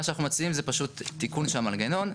מה שאנחנו מציעים זה פשוט תיקון של המנגנון.